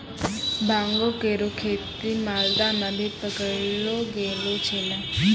भांगो केरो खेती मालदा म भी पकड़लो गेलो छेलय